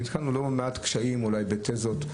נתקלנו בלא מעט קשיים אולי בתזות,